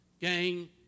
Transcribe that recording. gang